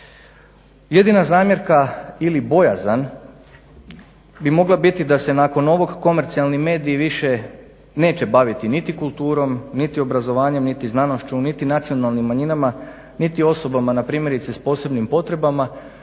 Jedina zamjerka ili bojazan bi mogla biti da se nakon ovog komercijalni mediji više neće baviti niti kulturom niti obrazovanjem niti znanošću niti nacionalnim manjinama niti osobama primjerice s posebnim potrebama